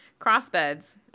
crossbeds